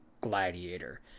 Gladiator